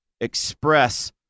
express